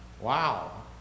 wow